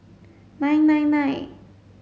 nine nine nine